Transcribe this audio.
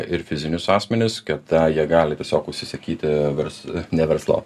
ir fizinius asmenis kada jie gali tiesiog užsisakyti vers ne verslo